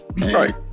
Right